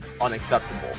unacceptable